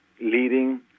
leading